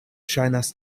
ŝajnas